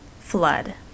Flood